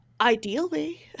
ideally